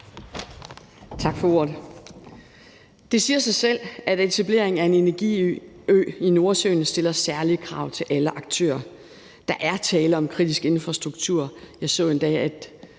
Tak for ordet. Det siger sig selv, at etablering af en energiø i Nordsøen stiller særlige krav til alle aktører. Der er tale om kritisk infrastruktur. Jeg så endda,